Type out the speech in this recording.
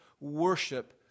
worship